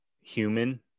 human